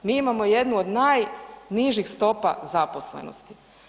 Mi imamo jednu od najnižih stopa zaposlenosti.